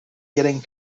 getting